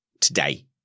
today